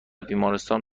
بیمارستان